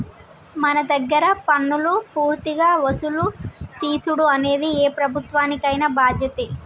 మన దగ్గర పన్నులు పూర్తిగా వసులు తీసుడు అనేది ఏ ప్రభుత్వానికైన బాధ్యతే